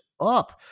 up